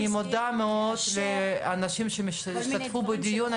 אני מודה מאוד לאנשים שהשתתפו בדיון,